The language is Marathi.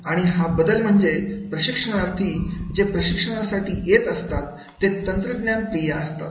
आणि हा बदल म्हणजे प्रशिक्षणार्थी जे प्रशिक्षणासाठी येत असतात ते तंत्रज्ञान प्रिय असतात